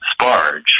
sparge